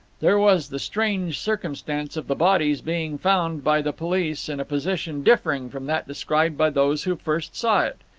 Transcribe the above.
there was the strange circumstance of the body's being found by the police in a position differing from that described by those who first saw it.